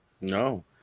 No